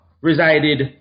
resided